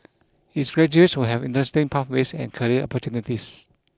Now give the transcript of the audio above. its graduates will have interesting pathways and career opportunities